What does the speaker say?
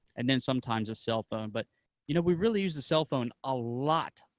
and then sometimes a cellphone, but you know we really use the cellphone a lot,